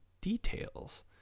details